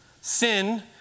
sin